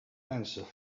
answer